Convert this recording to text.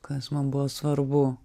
kas man buvo svarbu